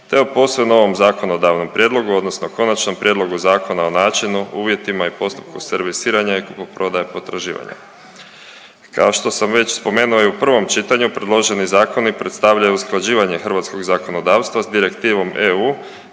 te o posve novom zakonodavnom prijedlogu odnosno Konačnom prijedlogu Zakona o načinu, uvjetima i postupku servisiranja i kupoprodaje potraživanja. Kao što sam već spomenuo i u prvom čitanju predloženi zakoni predstavljaju usklađivanje hrvatskog zakonodavstva s Direktivom EU